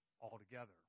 altogether